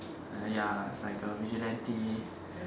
ya it's like a vigilante